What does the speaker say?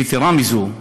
יתרה מזו,